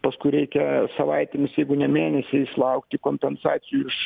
paskui reikia savaitėmis jeigu ne mėnesiais laukti kompensacijų iš